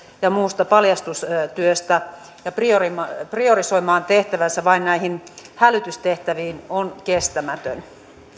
ja muusta paljastustyöstä ja priorisoimaan priorisoimaan tehtävänsä vain näihin hälytystehtäviin on kestämätön